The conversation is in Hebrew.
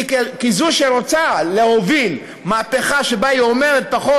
כזו שרוצה להוביל מהפכה שבה היא אומרת: פחות